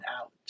out